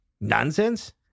Nonsense